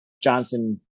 Johnson